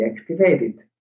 activated